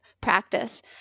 practice